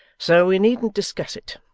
so we needn't discuss it.